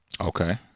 Okay